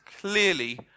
clearly